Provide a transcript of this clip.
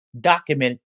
Document